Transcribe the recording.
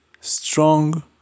strong